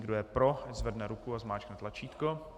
Kdo je pro, zvedne ruku a zmáčkne tlačítko.